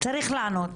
צריך לענות.